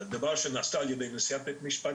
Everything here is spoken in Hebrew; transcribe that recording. שהדבר שנעשה על ידי נשיאת בית המשפט